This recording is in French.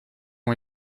ont